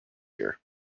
here